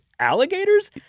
alligators